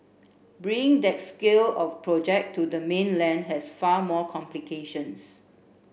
bringing that scale of project to the mainland has far more complications